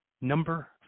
Number